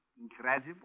Incredible